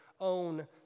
own